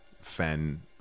fan